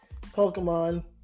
Pokemon